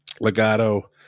Legato